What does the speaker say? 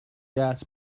jazz